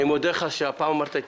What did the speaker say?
ההודעה אושרה.